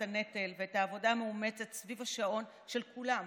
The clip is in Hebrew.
הנטל ואת העבודה המאומצת סביב השעון של כולם,